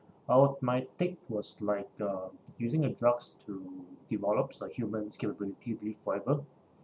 our my take was like uh using a drugs to develops like humans' capability to live forever